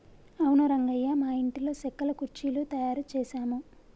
అవును రంగయ్య మా ఇంటిలో సెక్కల కుర్చీలు తయారు చేసాము